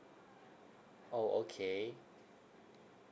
orh okay